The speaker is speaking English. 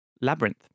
Labyrinth